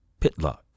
Pitlock